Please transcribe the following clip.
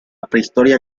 prehistoria